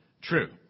true